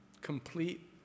complete